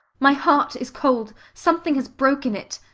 my heart is cold something has broken it.